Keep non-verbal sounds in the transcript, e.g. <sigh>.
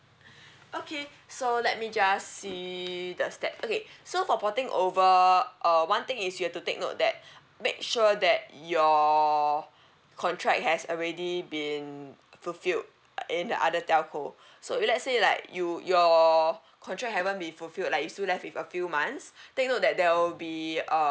<breath> okay so let me just see the step okay so for porting over uh one thing is you've to take note that <breath> make sure that your <breath> contract has already been fulfilled in the other telco <breath> so if let's say like you your contract haven't been fulfilled like you still left with a few months <breath> take note that there will be uh